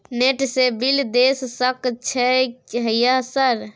Net से bill देश सक छै यह सर?